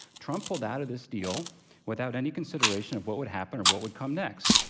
trump pulled out of this deal without any consideration of what would happen or what would come next.